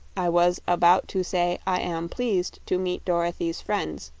i was a-bout to say i am pleased to meet dor-o-thy's friends,